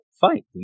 fight